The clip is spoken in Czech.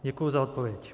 Děkuji za odpověď.